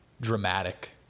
dramatic